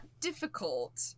difficult